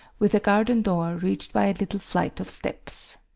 with a garden door reached by a little flight of steps.